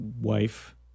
wife